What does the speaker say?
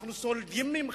אנחנו סולדים ממך.